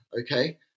okay